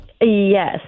Yes